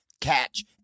Catch